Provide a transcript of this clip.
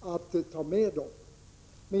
att vara med på detta krav på fastighetsskatt.